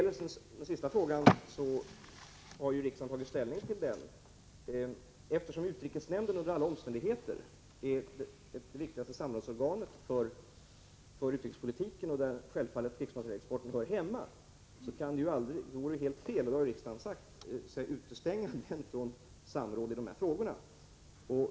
Den sista frågan har riksdagen tagit ställning till. Eftersom utrikesnämnden under alla omständigheter är det viktigaste samhällsorganet för utrikespolitiken — där krigsmaterielexporten självfallet hör hemma — vore det enligt vad riksdagen har uttalat helt fel att utestänga den från samråd i de här frågorna.